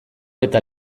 eta